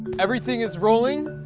everything is rolling.